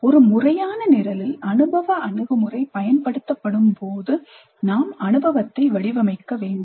ஒரு முறையான நிரலில் அனுபவ அணுகுமுறை பயன்படுத்தப்படும்போது நாம் அனுபவத்தை வடிவமைக்க வேண்டும்